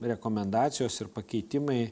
rekomendacijos ir pakeitimai